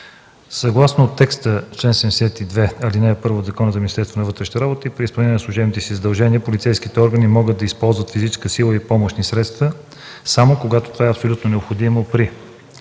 съгласно текста на чл. 72, ал. 1 от Закона за Министерство на вътрешните работи при изпълнение на служебните си задължения полицейските органи могат да използват физическа сила и помощни средства само когато това е абсолютно необходимо при: